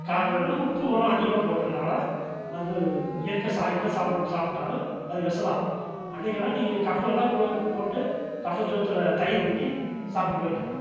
காரணம் என்னென்னா உப்பு ஒரம் அதிகமாக போடுறதால வந்து இயற்கையாக சா எந்த சாப்பாடு சாப்பிட்டாலும் அது விசம் தான் அன்னைக்கு எல்லாம் நீங்கள் கம்பு எல்லாம் கூ போட்டு கம்பஞ்சோத்தில் தயிர் ஊற்றி சாப்பிட்டு போய்ட்டால்